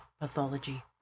Pathology